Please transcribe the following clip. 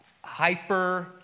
hyper